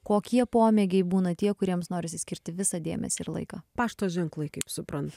kokie pomėgiai būna tie kuriems norisi skirti visą dėmesį ir laiką pašto ženklai kaip suprantu